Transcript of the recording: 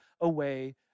away